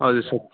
हजुर सर